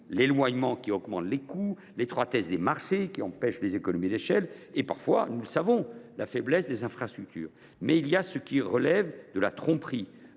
l’éloignement qui augmente les coûts, l’étroitesse des marchés qui empêche les économies d’échelle et, parfois, la faiblesse des infrastructures. Mais il y a aussi ce qui relève de la tromperie,